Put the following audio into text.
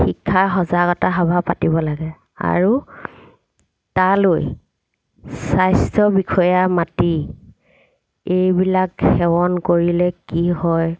শিক্ষাৰ সজাগতা সভা পাতিব লাগে আৰু তালৈ স্বাস্থ্য বিষয়া মাতি এইবিলাক সেৱন কৰিলে কি হয়